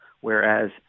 whereas